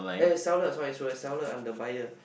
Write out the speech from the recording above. eh seller sorry sorry seller I'm the buyer